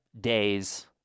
days